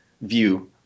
view